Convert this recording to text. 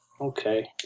Okay